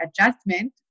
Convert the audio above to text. adjustment